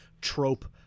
trope